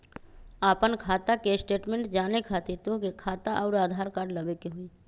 आपन खाता के स्टेटमेंट जाने खातिर तोहके खाता अऊर आधार कार्ड लबे के होइ?